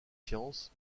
sciences